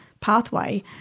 pathway